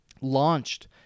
launched